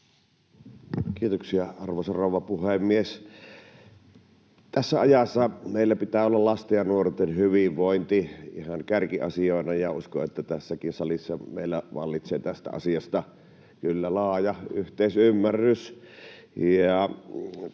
Kiitoksia, arvoisa rouva puhemies! Tässä ajassa meillä pitää olla lasten ja nuorten hyvinvointi ihan kärkiasiana, ja uskon, että tässäkin salissa meillä kyllä vallitsee tästä asiasta laaja yhteisymmärrys.